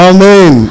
Amen